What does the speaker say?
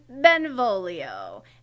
Benvolio